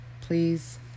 please